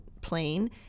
plane